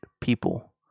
people